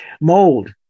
Mold